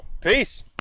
Peace